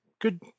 good